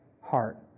heart